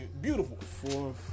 Beautiful